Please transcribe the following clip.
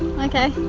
okay.